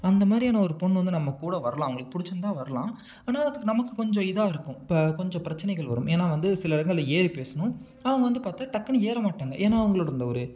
அந்த மாதிரியான ஒரு பெண்ணு வந்து நம்ம கூட வரலாம் அவர்களுக்கு பிடிச்சிருந்தா வரலாம் ஆனால் அதுக்கு நமக்கு கொஞ்சம் இதாக இருக்கும் இப்போ கொஞ்சம் பிரச்சனைகள் வரும் ஏன்னால் வந்து சில இடங்களில் ஏறி பேசணும் அவங்க வந்து பார்த்தா டக்குன்னு ஏற மாட்டாங்க ஏன்னால் அவர்களோட அந்த ஒரு